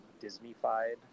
Disney-fied